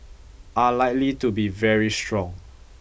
are likely to be very strong